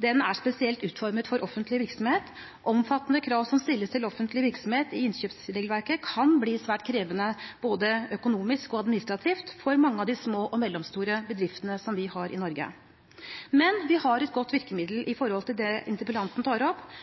i. Den er spesielt utformet for offentlig virksomhet. Omfattende krav som stilles til offentlig virksomhet i innkjøpsregelverket, kan bli svært krevende både økonomisk og administrativt for mange av de små og mellomstore bedriftene som vi har i Norge. Men vi har et godt virkemiddel i forhold til det interpellanten tar opp.